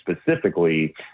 specifically